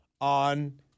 on